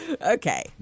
Okay